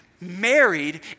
married